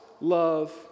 love